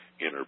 inner